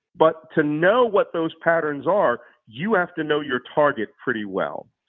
but to know what those patterns are, you have to know your target pretty well.